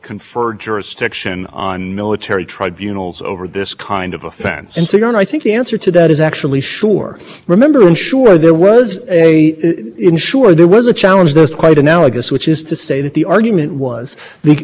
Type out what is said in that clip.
argument is exactly that argument that when congress and the executive have acted together this court should be quite wary and should require only the clearest evidence of error before it moves forward so i guess i think that we are in a stronger position than we were in